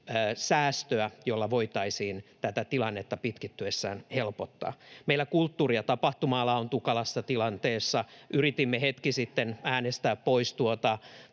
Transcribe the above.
säästöä, jolla voitaisiin tätä tilannetta pitkittyessään helpottaa. Meillä kulttuuri- ja tapahtuma-ala on tukalassa tilanteessa. Yritimme hetki sitten äänestää pois tuota